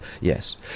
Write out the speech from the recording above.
Yes